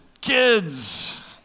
kids